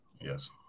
Yes